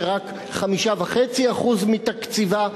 שרק 5.5% מתקציבה,